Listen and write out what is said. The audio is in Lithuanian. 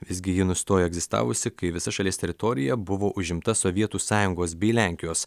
visgi ji nustojo egzistavusi kai visa šalies teritorija buvo užimta sovietų sąjungos bei lenkijos